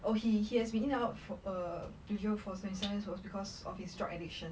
oh he has been in and out for err twenty seven years was because of his drug addiction